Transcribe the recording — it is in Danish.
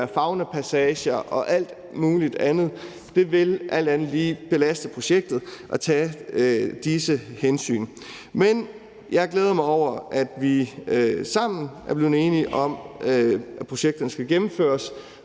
faunapassager og alt muligt andet. Det vil alt andet lige belaste projekter at tage disse hensyn. Men jeg glæder mig over, at vi sammen er blevet enige om, at projekterne skal gennemføres,